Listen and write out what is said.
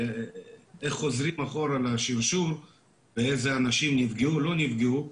איך חוזרים אחורה לשרשור ואיזה אנשים נפגעו או לא נפגעו,